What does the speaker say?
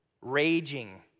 Raging